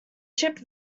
ship